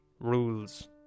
rules